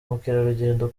mukerarugendo